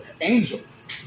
angels